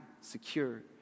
secure